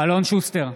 אלון שוסטר,